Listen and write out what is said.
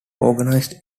organised